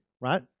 right